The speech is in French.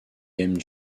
aime